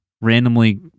randomly